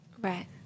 Right